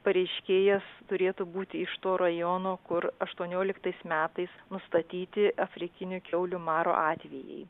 pareiškėjas turėtų būti iš to rajono kur aštuonioliktais metais nustatyti afrikinių kiaulių maro atvejai